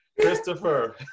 Christopher